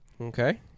Okay